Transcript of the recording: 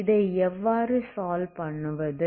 இதை எவ்வாறு சால்வ் பண்ணுவது